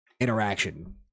interaction